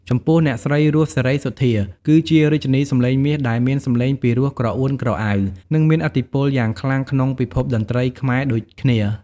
ចំពោះ អ្នកស្រី រស់ សេរីសុទ្ធា គឺជារាជិនីសម្លេងមាសដែលមានសម្លេងពីរោះក្រអួនក្រអៅ និងមានឥទ្ធិពលយ៉ាងខ្លាំងក្នុងពិភពតន្ត្រីខ្មែរដូចគ្នា។